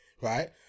right